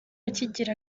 akigira